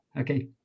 Okay